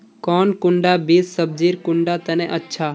कौन कुंडा बीस सब्जिर कुंडा तने अच्छा?